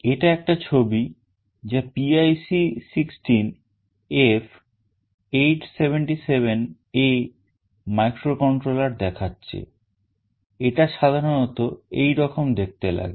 এটা একটা ছবি যা PIC 16F877A microcontroller দেখাচ্ছে এটা সাধারণত এই রকম দেখতে লাগে